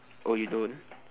you don't